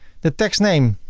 the tax name